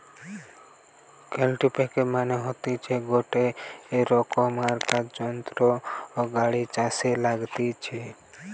কাল্টিপ্যাকের মানে হতিছে গটে রোকমকার যন্ত্র গাড়ি ছাসে লাগতিছে